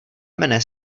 mne